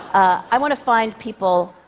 i want to find people,